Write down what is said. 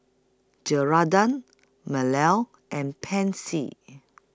and Pansy